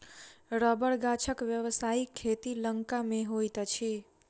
रबड़ गाछक व्यवसायिक खेती लंका मे होइत अछि